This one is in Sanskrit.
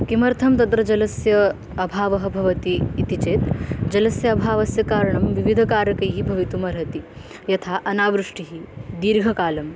किमर्थं तत्र जलस्य अभावः भवति इति चेत् जलस्य अभावस्य कारणं विविधकारकैः भवितुमर्हति यथा अनावृष्टिः दीर्घकालं